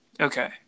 Okay